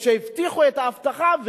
הבטיחו את ההבטחה,